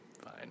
Fine